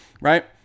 right